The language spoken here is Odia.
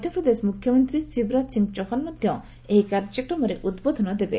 ମଧ୍ୟପ୍ରଦେଶ ମୁଖ୍ୟମନ୍ତ୍ରୀ ଶିବରାଜ ସିଂହ ଚୌହାନ୍ ମଧ୍ୟ ଏହି କାର୍ଯ୍ୟକ୍ରମରେ ଉଦ୍ବୋଧନ ଦେବେ